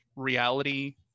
reality